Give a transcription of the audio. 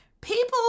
People